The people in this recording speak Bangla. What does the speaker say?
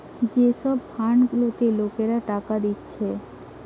যে সব ফান্ড গুলাতে লোকরা টাকা দিতেছে